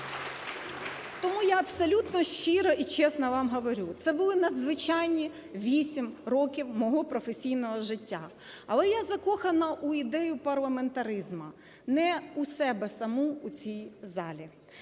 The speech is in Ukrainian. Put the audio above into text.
Тому я абсолютно щиро і чесно вам говорю це. Були надзвичайні 8 років мого професійного життя. Але я закохана у ідею парламентаризму, не у себе саму у цій залі.